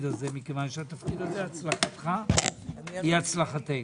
הזה כי בתפקיד הזה הצלחתך היא הצלחתנו.